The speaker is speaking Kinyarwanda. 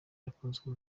wakunzwe